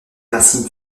racines